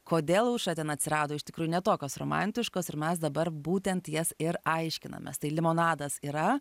kodėl aušra ten atsirado iš tikrųjų ne tokios romantiškos ir mes dabar būtent jas ir aiškinamės tai limonadas yra